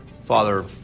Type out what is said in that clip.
Father